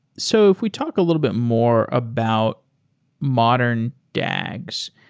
so if we talk a little bit more about modern dags,